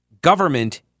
government